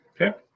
Okay